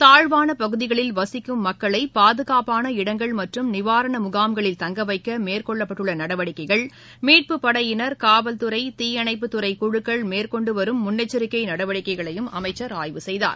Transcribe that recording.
தாழ்வானபகுதிகளில் வசிக்கும் மக்களைபாதுகாப்பான இடங்கள் மற்றும் நிவாரணமுகாம்களில் தங்கவைக்கமேற்கொள்ளப்பட்டுள்ளநடவடிக்கைகள் மீட்புப் படையினர் காவல் துறை தீயணைப்புத் துறைகுழுக்கள் மேற்கொண்டுவரும் முன்னெச்சரிக்கைநடவடிக்கைகளையும் அமைச்சர் ஆய்வு செய்தார்